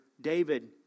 David